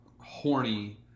horny